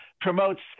promotes